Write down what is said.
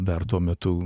dar tuo metu